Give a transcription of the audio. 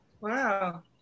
wow